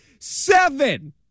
Seven